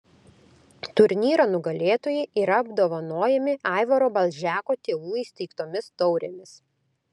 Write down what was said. turnyro nugalėtojai yra apdovanojami aivaro balžeko tėvų įsteigtomis taurėmis